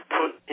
put